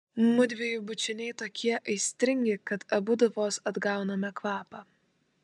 mudviejų bučiniai tokie aistringi kad abudu vos atgauname kvapą